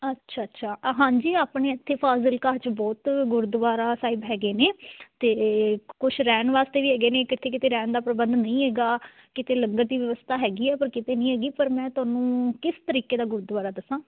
ਅੱਛਾ ਅੱਛਾ ਆ ਹਾਂਜੀ ਆਪਣੇ ਇੱਥੇ ਫਾਜ਼ਿਲਕਾ 'ਚ ਬਹੁਤ ਗੁਰਦਆਰਾ ਸਾਹਿਬ ਹੈਗੇ ਨੇ ਅਤੇ ਕੁਛ ਰਹਿਣ ਵਾਸਤੇ ਵੀ ਹੈਗੇ ਨੇ ਕਿਤੇ ਕਿਤੇ ਰਹਿਣ ਦਾ ਪ੍ਰਬੰਧ ਨਹੀਂ ਹੈਗਾ ਕਿਤੇ ਲੰਗਰ ਦੀ ਵਿਵਸਥਾ ਹੈਗੀ ਹੈ ਪਰ ਕਿਤੇ ਨਹੀਂ ਹੈਗੀ ਪਰ ਮੈਂ ਤੁਹਾਨੂੰ ਕਿਸ ਤਰੀਕੇ ਦਾ ਗੁਰਦੁਆਰਾ ਦੱਸਾਂ